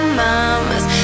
mama's